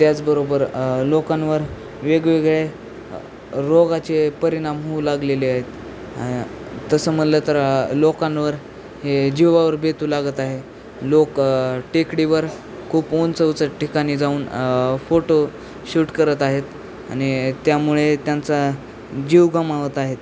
त्याचबरोबर लोकांवर वेगवेगळे रोगाचे परिणाम होऊ लागलेले आहेत तसं म्हणलं तर लोकांवर हे जीवावर बेतू लागत आहे लोक टेकडीवर खूप उंच उंच ठिकाणी जाऊन फोटो शूट करत आहेत आणि त्यामुळे त्यांचा जीव गमावत आहेत